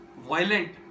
violent